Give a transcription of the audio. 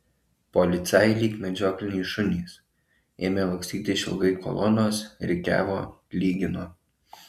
policajai lyg medžiokliniai šunys ėmė lakstyti išilgai kolonos rikiavo lygino